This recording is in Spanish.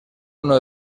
uno